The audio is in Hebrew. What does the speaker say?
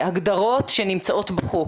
בהגדרות שנמצאות בחוק.